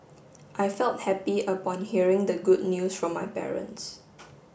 I felt happy upon hearing the good news from my parents